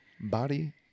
body